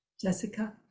Jessica